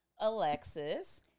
Alexis